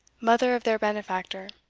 mother of their benefactor.